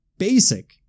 Basic